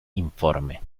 informe